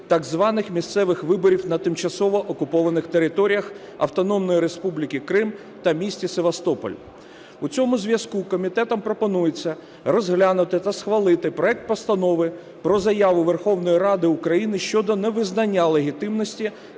так званих місцевих виборів на тимчасово окупованих територіях Автономної Республіки Крим та місті Севастополь. У цьому зв'язку комітетом пропонується розглянути та схвалити проект Постанови про Заяву Верховної Ради України щодо невизнання легітимності